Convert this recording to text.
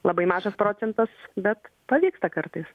labai mažas procentas bet pavyksta kartais